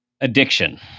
Addiction